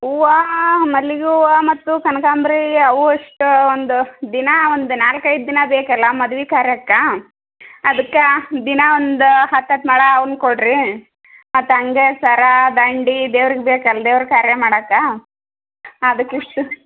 ಹೂವು ಮಲ್ಲಿಗೆ ಹೂವು ಮತ್ತು ಕನ್ಕಾಂಬ್ರಿ ಅವು ಇಷ್ಟು ಒಂದು ದಿನಾ ಒಂದು ನಾಲ್ಕೈದು ದಿನ ಬೇಕಲ್ಲ ಮದುವೆ ಕಾರ್ಯಕ್ಕೆ ಅದಕ್ಕೆ ದಿನಾ ಒಂದು ಹತ್ತು ಹತ್ತು ಮೊಳ ಅವನ್ನು ಕೊಡಿರಿ ಮತ್ತು ಹಂಗೆ ಸರಾ ದಂಡಿ ದೇವ್ರಿಗೆ ಬೇಕಲ್ಲ ದೇವ್ರ ಕಾರ್ಯ ಮಾಡೋಕ್ಕೆ ಅದಕ್ಕೆ ಇಷ್ಟು